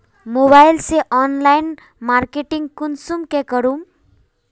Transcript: Mobile से online marketing कुंसम के करूम?